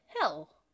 hell